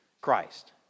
Christ